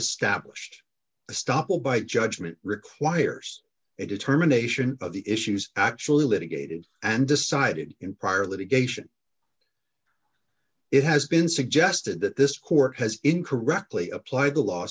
established the stop will bite judgment requires a determination of the issues actually litigated and decided in prior litigation it has been suggested that this court has incorrectly applied the law